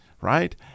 right